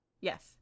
Yes